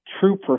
true